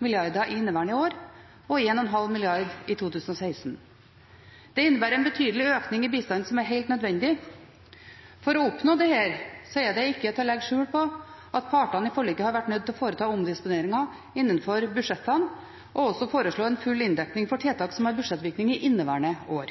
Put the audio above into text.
inneværende år og 1,5 mrd. kr i 2016. Det innebærer en betydelig økning i bistanden som er helt nødvendig. For å oppnå dette er det ikke til å legge skjul på at partene i forliket har vært nødt til å foreta omdisponeringer innenfor budsjettene og også foreslå en full inndekning for tiltak som har budsjettvirkning i inneværende år.